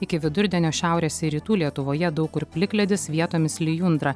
iki vidurdienio šiaurės ir rytų lietuvoje daug kur plikledis vietomis lijundra